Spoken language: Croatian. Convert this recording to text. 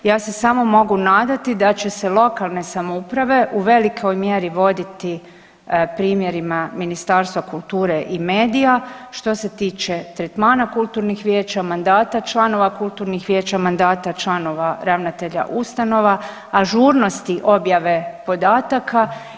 Ja se samo mogu nadati da će se lokalne samouprave u velikoj mjeri voditi primjerima Ministarstva kulture i medija što se tiče tretmana kulturnih vijeća, mandata članova kulturnih vijeća, mandata članova ravnatelja ustanova, ažurnosti objave podataka.